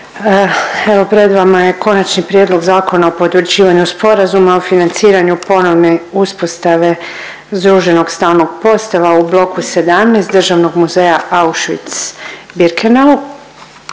evo pred vama je Konačni prijedlog Zakona o potvrđivanju sporazuma o financiranju ponovne uspostave združenog stalnog postava u bloku 17 Državnog muzeja Auschwitz – Birkenau.